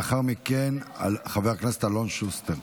לאחר מכן, חבר כנסת אלון שוסטר.